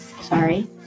Sorry